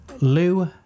Lou